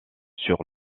sur